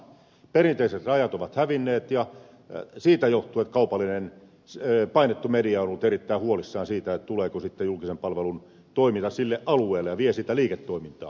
perinteiset rajat ovat hävinneet ja siitä johtuu että kaupallinen painettu media on ollut erittäin huolissaan siitä tuleeko sitten julkisen palvelun toiminta sille alueelle ja vie sitä liiketoimintaa